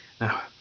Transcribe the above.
Now